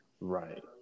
Right